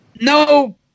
no